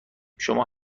شما